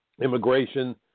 Immigration